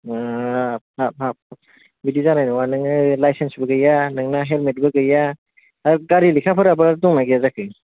बा हाब हाब बिदि जानाय नङा नोङो लायसेन्स बो गैया नोंना हेल्मेट बो गैया आर गारि लेखा फोराबो दंना गैया जाखो